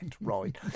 right